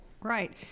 Right